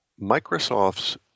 Microsoft's